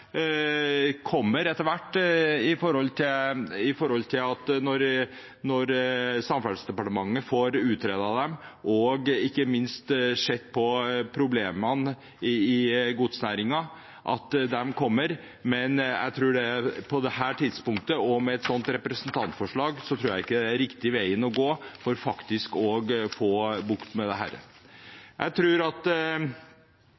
kommer etter hvert, når Samferdselsdepartementet får utredet dem og ikke minst får sett på problemene i godsnæringen, men jeg tror på dette tidspunktet at et sånt representantforslag ikke er den riktige veien å gå for å få bukt med dette. Jeg tror at transportnæringen virkelig trenger å foreta en vurdering – at man vurderer hvem som kan gi det